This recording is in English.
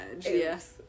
yes